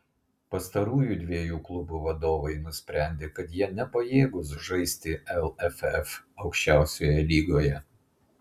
pastarųjų dviejų klubo vadovai nusprendė kad jie nepajėgūs žaisti lff aukščiausioje lygoje